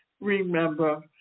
Remember